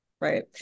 right